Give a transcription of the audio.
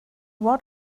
what